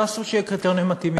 תעשו שיהיו קריטריונים מתאימים.